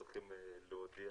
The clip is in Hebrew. צריכים להודיע,